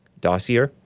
Dossier